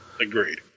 Agreed